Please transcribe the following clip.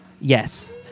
yes